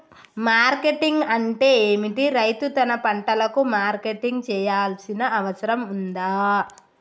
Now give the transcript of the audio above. Marketing అంటే ఏమిటి? రైతు తన పంటలకు మార్కెటింగ్ చేయాల్సిన అవసరం ఉందా?